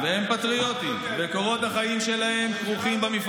הם לא על תנאי,